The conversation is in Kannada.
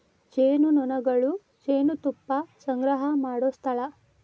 ಜೇನುನೊಣಗಳು ಜೇನುತುಪ್ಪಾ ಸಂಗ್ರಹಾ ಮಾಡು ಸ್ಥಳಾ